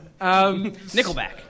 Nickelback